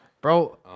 Bro